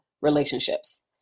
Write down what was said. relationships